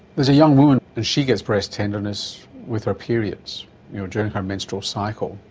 there's a young woman and she gets breast tenderness with her periods, you know during her menstrual cycle,